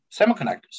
semiconductors